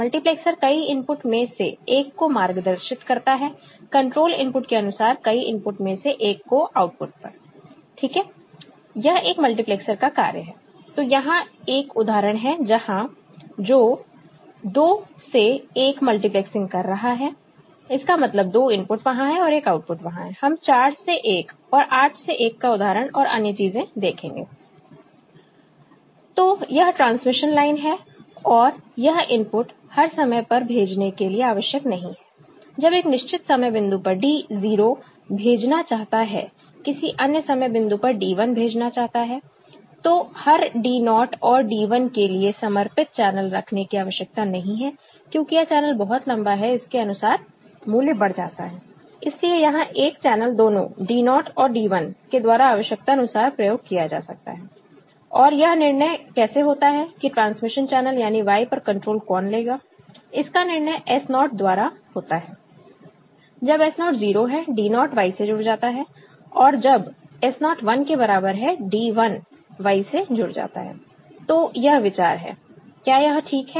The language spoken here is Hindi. मल्टीप्लैक्सर कई इनपुट में से एक को मार्गदर्शित करता है कंट्रोल इनपुट के अनुसार कई इनपुट में से एक को आउटपुट पर ठीक है यह एक मल्टीप्लैक्सर का कार्य है तो यहां एक उदाहरण है जहां जो 2 से 1 मल्टीप्लेक्सिंग कर रहा है इसका मतलब 2 इनपुट वहां है और 1 आउटपुट वहां है हम 4 से 1 और 8 से 1 का उदाहरण और अन्य चीजें देखेंगे तो यह ट्रांसमिशन लाइन है और यह इनपुट हर समय पर भेजने के लिए आवश्यक नहीं है जब एक निश्चित समय बिंदु पर D 0 भेजना चाहता है किसी अन्य समय बिंदु पर D 1 भेजना चाहता है तो हर D naught और D 1 के लिए समर्पित चैनल रखने की आवश्यकता नहीं है क्योंकि यह चैनल बहुत लंबा है इसके अनुसार मूल्य बढ़ जाता है इसलिए यहां एक चैनल दोनों D naught और D 1 के द्वारा आवश्यकतानुसार प्रयोग किया जा सकता है और यह निर्णय कैसे होता है कि ट्रांसमिशन चैनल यानी Y पर कंट्रोल कौन लेगा इसका निर्णय S naught द्वारा होता है जब S naught 0 है D naught Y से जुड़ जाता है और जब S naught 1 के बराबर है D 1 Y से जुड़ जाता है तो यह विचार है क्या यह ठीक है